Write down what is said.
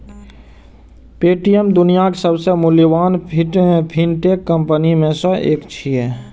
Paytm दुनियाक सबसं मूल्यवान फिनटेक कंपनी मे सं एक छियै